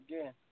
again